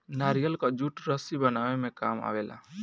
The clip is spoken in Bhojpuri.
नारियल कअ जूट रस्सी बनावे में काम आवेला